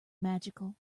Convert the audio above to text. magical